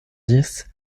dix